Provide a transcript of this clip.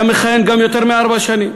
הוא היה מכהן גם יותר מארבע שנים.